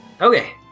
Okay